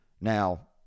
Now